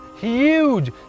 huge